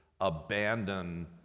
abandon